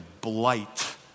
blight